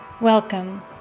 Welcome